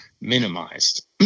minimized